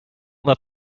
let